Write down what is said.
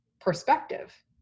perspective